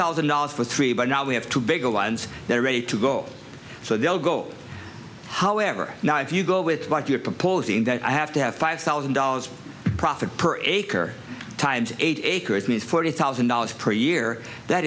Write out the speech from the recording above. thousand dollars for three but now we have two big once they're ready to go so they'll go however now if you go with what you're proposing that i have to have five thousand dollars profit per acre times eight acres means forty thousand dollars per year that